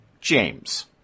James